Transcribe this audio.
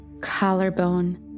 Collarbone